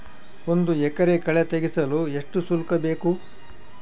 ಒಂದು ಎಕರೆ ಕಳೆ ತೆಗೆಸಲು ಎಷ್ಟು ಶುಲ್ಕ ಬೇಕು?